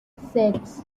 six